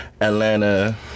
Atlanta